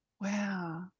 Wow